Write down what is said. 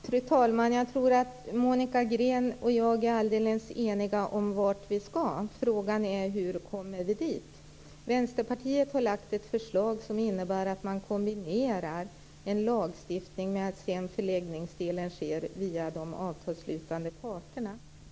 Fru talman! Jag tror att Monica Green och jag är helt eniga om vart vi skall. Frågan är hur vi kommer dit. Vänsterpartiet har väckt ett förslag som innebär att man kombinerar detta, så att detta sker dels genom lagstiftning, dels genom avtal med de avtalsslutande parterna.